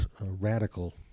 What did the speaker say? radical